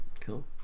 Cool